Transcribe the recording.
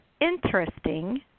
interesting